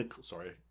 sorry